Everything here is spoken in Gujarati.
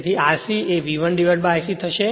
તેથી R c એ V1I c થશે